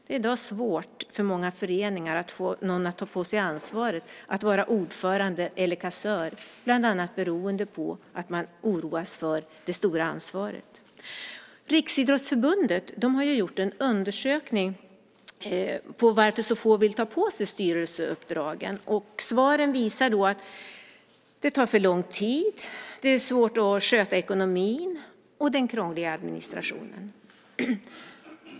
Det är i dag svårt för många föreningar att få någon att ta på sig ansvaret att vara ordförande eller kassör, bland annat beroende på att man oroar sig för det stora ansvaret. Riksidrottsförbundet har gjort en undersökning av varför så få vill ta på sig styrelseuppdragen. Svaren visar att det tar för lång tid och att det är svårt att sköta ekonomin och den krångliga administrationen.